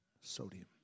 sodium